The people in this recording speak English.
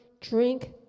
drink